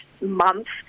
months